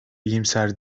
iyimser